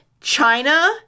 China